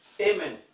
Amen